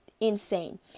insane